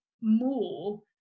more